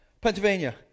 Pennsylvania